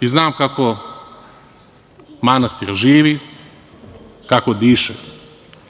i znam kako manastir živi, kako diše. Na